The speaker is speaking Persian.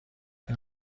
این